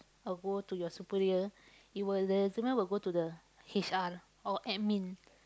or go to your superior it will your resume will go to the H_R or admin